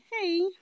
hey